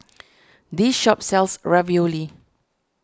this shop sells Ravioli